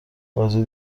بازی